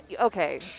okay